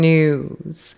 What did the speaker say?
News